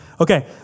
Okay